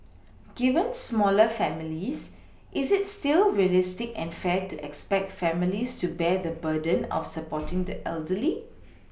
given smaller families is it still realistic and fair to expect families to bear the burden of supporting the elderly